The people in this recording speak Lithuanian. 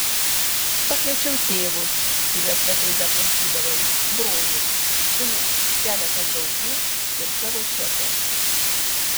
pakviečiau tėvus kuriuos retai beaplankydavau brolį žinia keletą draugų ir savo šefę